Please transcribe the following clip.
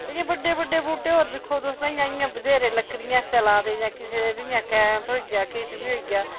ते जे बड्डे बड्डे बूह्टे होर दिक्खो तुस इयां बथ्हेरे लकड़ियें आस्तै लाए दे जां किसे दे जियां कैंथ होई गेआ किश बी होई गेआ